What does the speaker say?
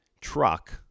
truck